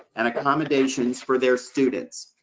and accommodations for their students.